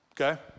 okay